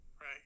Right